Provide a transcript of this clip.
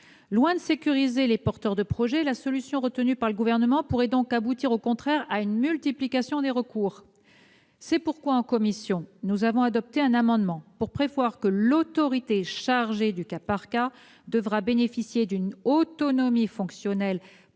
Loin de sécuriser les porteurs de projet, la solution retenue par le Gouvernement pourrait donc aboutir à une multiplication des recours. C'est pourquoi la commission a adopté un amendement tendant à prévoir que l'autorité chargée du cas par cas devra bénéficier d'une autonomie fonctionnelle par